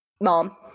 Mom